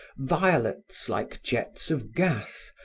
violets like jets of gas,